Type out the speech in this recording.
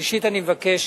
ראשית אני מבקש